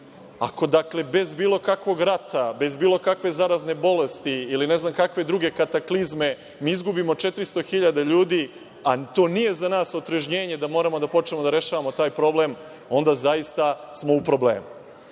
ako bez bilo kakvog rata, bez bilo kakve zarazne bolesti ili ne znam kakve druge kataklizme mi izgubimo 400.000 ljudi, a to nije za nas otrežnjenje da moramo da počnemo da rešavamo taj problem, onda smo zaista u problemu. Zato